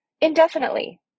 indefinitely